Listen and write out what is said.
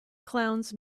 clowns